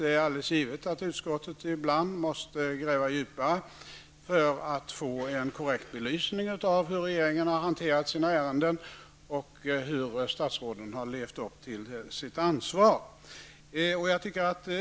Det är alldeles givet att utskottet ibland måste gräva djupare för att få en korrekt belysning av hur regeringen har hanterat sina ärenden och hur statsråden har levt upp till sitt ansvar.